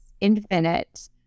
infinite